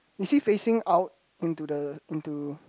is he facing out into the into